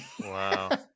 Wow